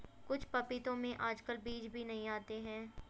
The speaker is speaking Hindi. कुछ पपीतों में आजकल बीज भी नहीं आते हैं